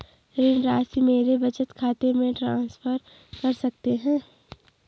ऋण राशि मेरे बचत खाते में ट्रांसफर कर सकते हैं?